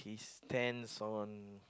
stance on